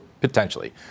potentially